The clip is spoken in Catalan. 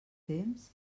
temps